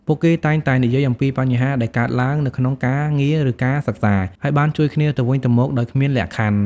ពួកគេតែងតែនិយាយអំពីបញ្ហាដែលកើតឡើងនៅក្នុងការងារឬការសិក្សា ហើយបានជួយគ្នាទៅវិញទៅមកដោយគ្មានលក្ខខណ្ឌ។